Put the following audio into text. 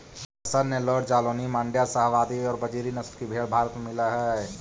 हसन, नैल्लोर, जालौनी, माण्ड्या, शाहवादी और बजीरी नस्ल की भेंड़ भारत में मिलअ हई